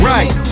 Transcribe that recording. Right